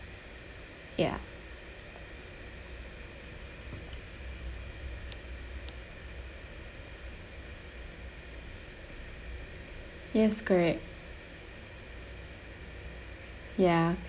ya yes correct ya